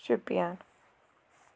Shopian